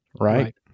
right